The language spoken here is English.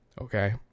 okay